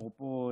אפרופו,